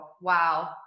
Wow